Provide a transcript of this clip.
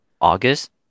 August